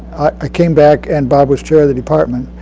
i came back and bob was chair of the department.